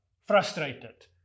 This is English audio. frustrated